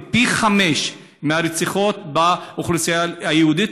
פי חמישה מהרציחות באוכלוסייה היהודית,